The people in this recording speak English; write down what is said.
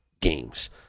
games